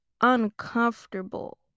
uncomfortable